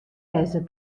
wêze